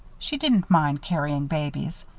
she didn't mind carrying babies,